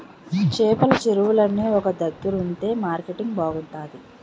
చేపల చెరువులన్నీ ఒక దగ్గరుంతె మార్కెటింగ్ బాగుంతాది